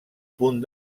punt